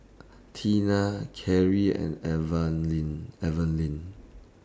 Tina Karie and Evaline Evaline